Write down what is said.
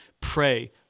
Pray